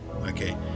okay